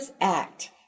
act